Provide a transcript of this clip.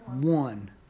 One